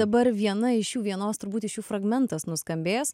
dabar viena iš jų vienos turbūt iš jų fragmentas nuskambės